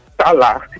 Salah